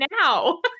now